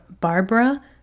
Barbara